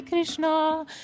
Krishna